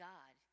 God